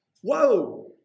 whoa